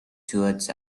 towards